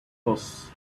boss